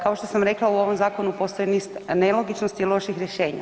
Kao što sam rekla u ovom zakonu postoji niz nelogičnosti i loših rješenja.